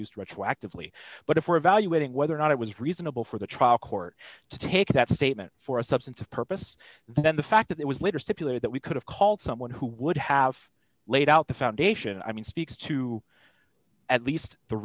used retroactively but if we're evaluating whether or not it was reasonable for the trial court to take that statement for a substantive purpose then the fact that it was later stipulated that we could have called someone who would have laid out the foundation i mean speaks to at least the